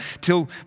till